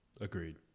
Agreed